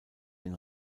den